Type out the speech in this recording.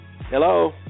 Hello